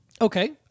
Okay